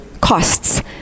costs